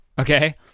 Okay